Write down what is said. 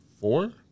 four